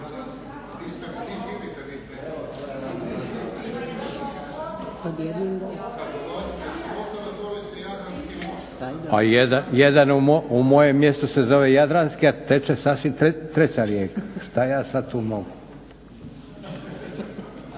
A jedan u mojem mjestu se zove jadranski, a teče sasvim treća rijeka. Šta ja sad tu mogu.